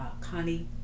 Connie